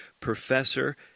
professor